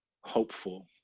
hopeful